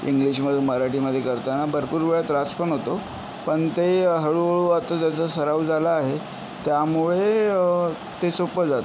इंग्लिशमधून मराठीमधे करताना भरपूर वेळा त्रासपण होतो पण ते हळूहळू आता त्याचा सराव झाला आहे त्यामुळे ते सोपं जातं